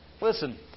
Listen